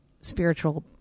spiritual